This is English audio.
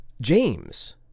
James